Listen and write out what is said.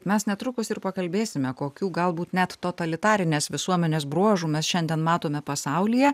mes netrukus ir pakalbėsime kokių galbūt net totalitarinės visuomenės bruožų mes šiandien matome pasaulyje